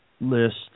list